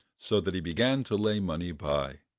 so that he began to lay money by.